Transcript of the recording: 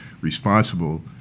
responsible